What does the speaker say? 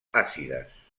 àcides